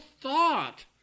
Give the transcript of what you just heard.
thought